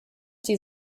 die